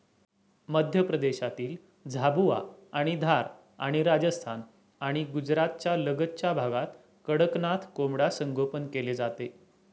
मध्य प्रदेशातील झाबुआ आणि धार आणि राजस्थान आणि गुजरातच्या लगतच्या भागात कडकनाथ कोंबडा संगोपन केले जाते